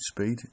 speed